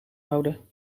houden